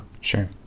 Sure